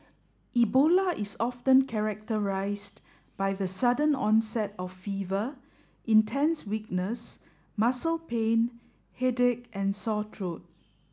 Ebola is often characterised by the sudden onset of fever intense weakness muscle pain headache and sore throat